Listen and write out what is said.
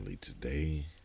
today